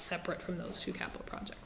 separate from those two capital project